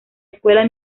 escuela